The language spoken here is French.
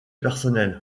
personnelles